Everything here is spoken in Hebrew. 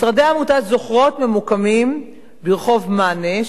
משרדי עמותת "זוכרות" ממוקמים ברחוב מאנה,